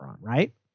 Right